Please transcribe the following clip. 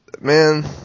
Man